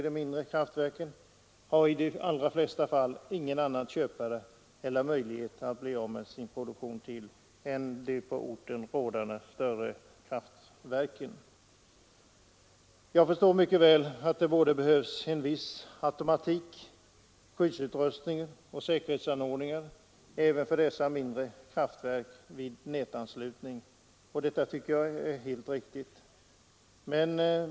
De mindre elkraftsproducenterna har i de flesta fall ingen annan köpare eller möjlighet att avsätta sin produktion än till de på orten Om ianspråktaganrådande oftast större kraftverken. de av nedlagda eller Jag förstår mycket väl att det behövs en viss automatik, otillräckligt utnyttskyddsutrustningar och säkerhetsanordningar även för dessa mindre EA fr veri kraftverk vid nätanslutning, och detta tycker jag är helt riktigt.